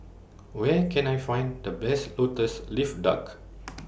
Where Can I Find The Best Lotus Leaf Duck